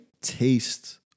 taste